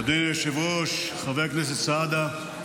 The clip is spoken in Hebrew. אדוני היושב-ראש, חבר הכנסת סעדה,